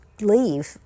leave